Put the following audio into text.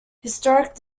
historic